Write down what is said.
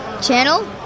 Channel